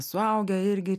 suaugę irgi